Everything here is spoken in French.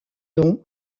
don